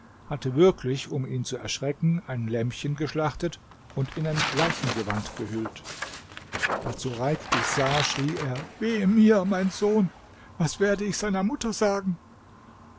hatte wirklich um ihn zu erschrecken ein lämmchen geschlachtet und in ein leichengewand gehüllt als sureik dies sah schrie er wehe mir mein sohn was werde ich seiner mutter sagen